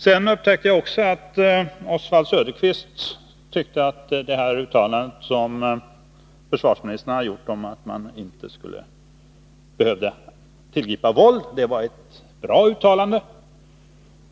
Onsdagen den Oswald Söderqvist tyckte att försvarsministerns uttalande att man inte 12 maj 1982 behövde tillgripa våld var bra.